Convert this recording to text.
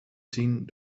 zien